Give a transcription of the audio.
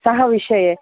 सः विषये